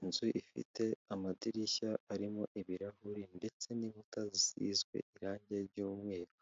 Inzu ifite amadirishya arimo ibirahuri ndetse n'inkuta zisizwe irangi ry'umweru,